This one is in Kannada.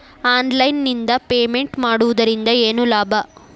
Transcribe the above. ಆನ್ಲೈನ್ ನಿಂದ ಪೇಮೆಂಟ್ ಮಾಡುವುದರಿಂದ ಏನು ಲಾಭ?